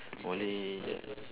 only ya